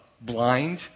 blind